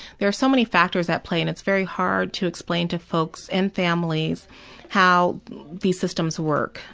there are so many factors that play and it's very hard to explain to folks and families how the systems work.